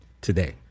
Today